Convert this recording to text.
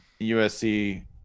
USC